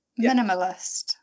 Minimalist